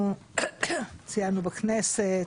ציינו בכנסת,